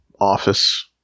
office